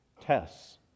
tests